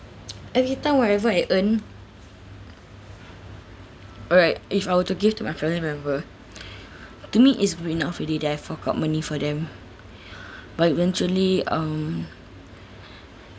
every time whatever I earn alright if I were to give to my family member to me it's good enough already that I fork out money for them but eventually um